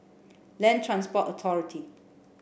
Land Transport Authority